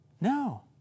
No